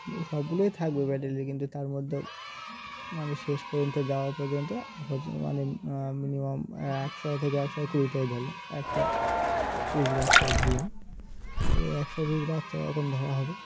ও সবগুলোই থাকবে ফার্টিলিটি কিন্তু তার মধ্যেও মানে শেষ পর্যন্ত যাওয়া পর্যন্ত মানে মিনিমাম একশো থেকে একশো কুড়িটাই ধরলাম একশো পিস বাচ্চাই ধরলাম এবারে একশো পিস বাচ্চা যখন ধরা হবে